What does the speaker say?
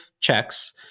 checks